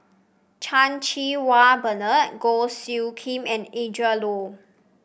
Chan Cheng Wah Bernard Goh Soo Khim and Adrin Loi